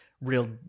real